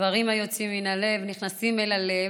דברים היוצאים מן הלב נכנסים אל הלב.